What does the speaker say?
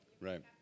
Right